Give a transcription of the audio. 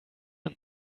and